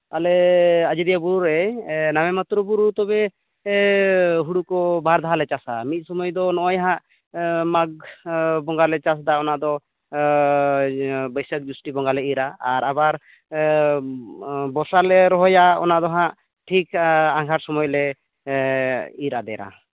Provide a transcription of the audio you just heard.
ᱟᱞᱮ ᱟᱡᱳᱫᱤᱭᱟᱹ ᱵᱩᱨᱩ ᱨᱮ ᱱᱟᱢᱮ ᱢᱟᱛᱨᱚ ᱵᱩᱨᱩ ᱛᱚᱵᱮ ᱦᱩᱲᱩ ᱠᱚ ᱵᱟᱨ ᱫᱷᱟᱣᱞᱮ ᱪᱟᱥᱼᱟ ᱢᱤᱫ ᱥᱚᱢᱚᱭ ᱫᱚ ᱱᱚᱜᱼᱚᱭ ᱦᱟᱸᱜ ᱢᱟᱜᱽ ᱵᱚᱸᱜᱟᱞᱮ ᱪᱟᱥᱫᱟ ᱚᱱᱟ ᱫᱚ ᱵᱟᱹᱭᱥᱟᱹᱠᱷ ᱡᱩᱥᱴᱤ ᱵᱚᱸᱜᱟᱞᱮ ᱤᱨᱟ ᱟᱨ ᱟᱵᱟᱨ ᱵᱚᱨᱥᱟ ᱨᱮᱞᱮ ᱨᱚᱦᱚᱭᱟ ᱚᱱᱟ ᱫᱚᱦᱟᱸᱜ ᱴᱷᱤᱠ ᱟᱸᱜᱷᱟᱲ ᱥᱚᱢᱚᱭᱞᱮ ᱤᱨ ᱟᱫᱮᱨᱟ